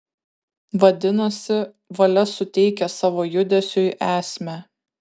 vadinasi valia suteikia savo judesiui esmę